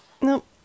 Nope